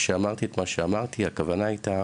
כשאמרתי את מה שאמרתי, הכוונה הייתה